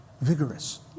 vigorous